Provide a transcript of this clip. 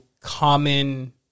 common